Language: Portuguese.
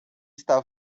está